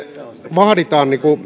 vaaditaan